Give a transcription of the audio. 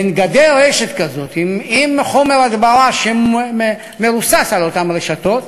מין גדר רשת כזאת עם חומר הדברה שמרוסס על אותן רשתות